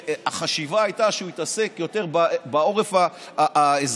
החשיבה הייתה שהיא תתעסק יותר בעורף האזרחי,